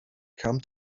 come